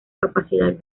capacidad